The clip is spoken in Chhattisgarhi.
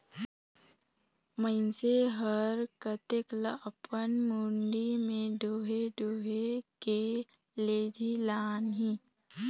मइनसे हर कतेक ल अपन मुड़ी में डोएह डोएह के लेजही लानही